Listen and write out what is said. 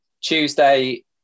Tuesday